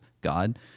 God